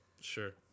Sure